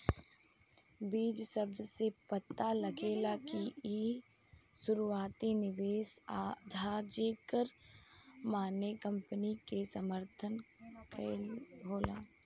बीज शब्द से पता लागेला कि इ शुरुआती निवेश ह जेकर माने कंपनी के समर्थन कईल होला